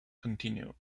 continued